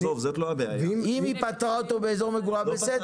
אם היא פטרה אותו באזור מגוריו, בסדר.